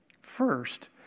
First